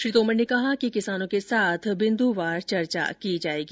श्री तोमर ने कहा कि किसानों के साथ बिन्दुवार चर्चा की जाएगी